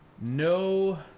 No